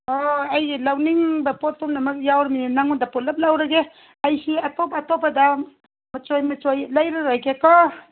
ꯑꯣ ꯑꯩꯅ ꯂꯧꯅꯤꯡꯕ ꯄꯣꯠ ꯄꯨꯝꯅꯃꯛ ꯌꯥꯎꯔꯕꯅꯤꯅ ꯅꯉꯣꯟꯗ ꯄꯨꯂꯞ ꯂꯧꯔꯒꯦ ꯑꯩꯁꯤ ꯑꯇꯣꯞ ꯑꯇꯣꯞꯄꯗ ꯃꯆꯣꯏ ꯃꯆꯣꯏ ꯂꯩꯔꯔꯣꯏꯒꯦꯀꯣ